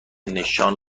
نشان